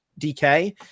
DK